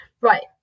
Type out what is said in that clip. Right